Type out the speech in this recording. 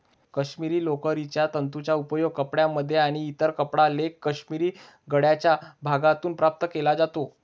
काश्मिरी लोकरीच्या तंतूंचा उपयोग कपड्यांमध्ये आणि इतर कपडा लेख काश्मिरी गळ्याच्या भागातून प्राप्त केला जातो